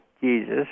Jesus